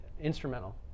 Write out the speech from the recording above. instrumental